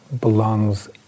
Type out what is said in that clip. belongs